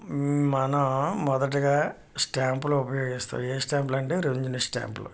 మనం మొదటిగా స్టాంపులు ఉపయోగిస్తాం ఏ స్టాంపులంటే రెవెన్యూ స్టాంపులు